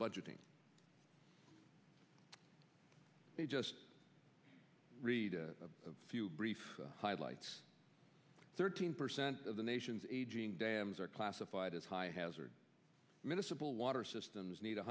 budgeting just read a few brief highlights thirteen percent of the nation's aging dams are classified as high hazard miscible water systems need a